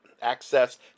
access